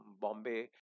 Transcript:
Bombay